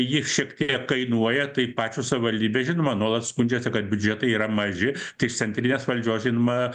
ji šiek tiek kainuoja tai pačios savivaldybės žinoma nuolat skundžiasi kad biudžetai yra maži tai iš centrinės valdžios žinoma